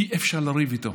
אי-אפשר לריב איתו.